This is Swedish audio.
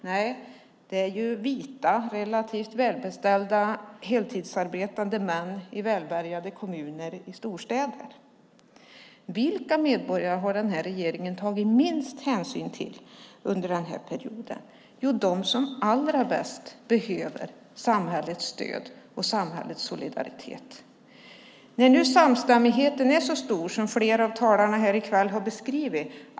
Nej, det är vita relativt välbeställda heltidsarbetande män i välbärgade kommuner i storstäder. Vilka medborgare har den här regeringen tagit minst hänsyn till under den här perioden? Jo, de som allra bäst behöver samhällets stöd och samhällets solidaritet. Nu är ju samstämmigheten stor, som flera av talarna här i kväll har beskrivit.